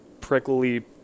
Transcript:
prickly